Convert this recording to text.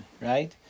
right